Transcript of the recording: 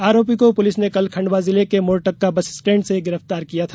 आरोपी को पुलिस ने कल खंडवा जिले के मोरटक्का बस स्टैंड से गिरफ्तार किया था